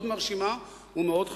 מאוד מרשימה ומאוד חשובה.